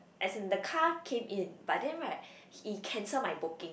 as in the car came in but then right he cancel my booking